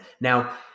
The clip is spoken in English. Now